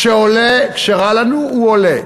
כשרע לנו, הוא עולה.